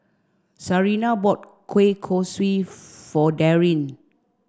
Sarina bought Kueh Kosui for Darin